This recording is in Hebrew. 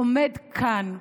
עומד כאן,